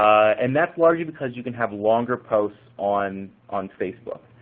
and that's largely because you can have longer posts on on facebook.